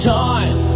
time